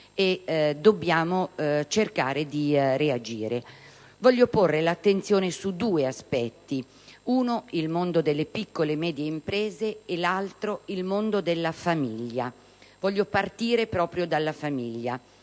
dobbiamo cercare di reagire. Vorrei porre l'attenzione su due aspetti: il mondo delle piccole e medie imprese e il mondo della famiglia, partendo proprio dalla famiglia.